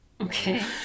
Okay